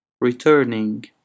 returning